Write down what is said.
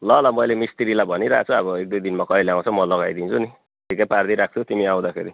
ल ल मैले मिस्त्रीलाई भनिरहेको छु अब एक दुई दिनमा कहिले आउँछ म लगाइदिन्छु नि ठिकै पारिदिई राख्छु तिमी आउँदाखेरि